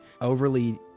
overly